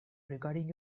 regarding